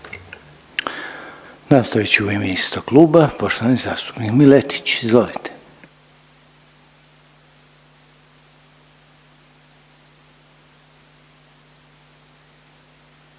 Nastavit će u ime istog kluba poštovani zastupnik Miletić. Izvolite.